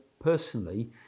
personally